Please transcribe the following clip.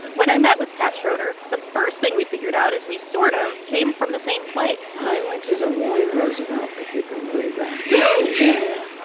when i met with pat schroeder, the first thing we figured out is we sort of came from the same place i went to des moines roosevelt, if you can believe that really? yeah, yeah